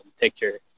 picture